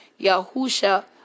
Yahusha